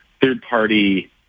third-party